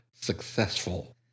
successful